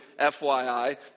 FYI